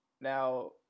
Now